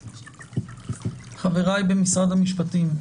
חבריי במשרד המשפטים,